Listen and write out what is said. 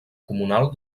comunal